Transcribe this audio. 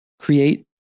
create